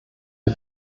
der